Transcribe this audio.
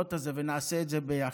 ההזדמנויות הזה, ונעשה את זה ביחד.